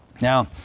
Now